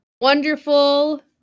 wonderful